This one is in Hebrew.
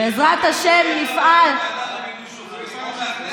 בעזרת השם נפעל, הוא יהיה בוועדה למינוי שופטים.